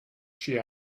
she